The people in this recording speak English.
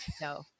no